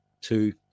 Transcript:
Two